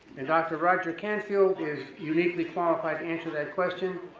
and dr. roger canfield is uniquely qualified to answer that question.